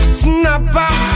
snapper